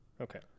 Okay